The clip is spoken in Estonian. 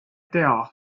tea